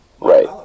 Right